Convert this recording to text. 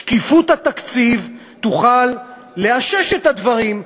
שקיפות התקציב תוכל לאשש את הדברים,